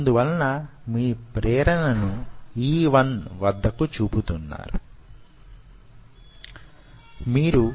అందువలన మీ ప్రేరణ ను E1 వద్ద చూపుతున్నారు